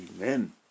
Amen